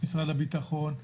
משרד הביטחון.